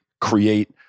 create –